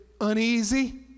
uneasy